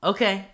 Okay